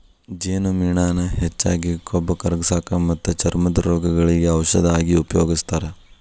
ಜೇನುಮೇಣಾನ ಹೆಚ್ಚಾಗಿ ಕೊಬ್ಬ ಕರಗಸಾಕ ಮತ್ತ ಚರ್ಮದ ರೋಗಗಳಿಗೆ ಔಷದ ಆಗಿ ಉಪಯೋಗಸ್ತಾರ